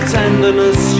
tenderness